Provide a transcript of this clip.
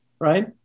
right